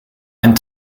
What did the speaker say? ein